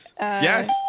Yes